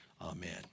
Amen